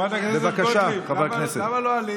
חברת הכנסת גוטליב, למה לא עלית?